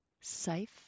safe